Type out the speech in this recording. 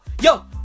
yo